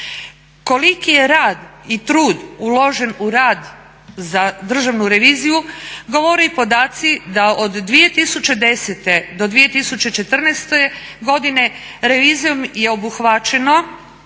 Koliki je rad i trud uložen u rad za Državnu reviziju govore i podaci da od 2010. do 2014. godine revizijom je obuhvaćeno